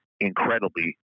incredibly